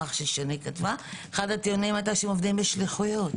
המסמך ששני כתבה שהם עובדים בשליחויות.